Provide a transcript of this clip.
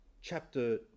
chapter